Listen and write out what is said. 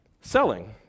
selling